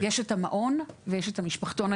יש את המעון ויש את המשפחתון.